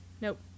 Nope